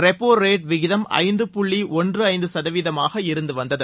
repo rate விகிதம் ஐந்து புள்ளி ஒன்று ஐந்து சதவீதமாக இருந்து வந்தது